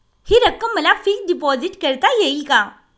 हि रक्कम मला फिक्स डिपॉझिट करता येईल का?